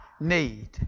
need